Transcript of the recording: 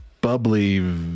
bubbly